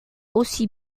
aussi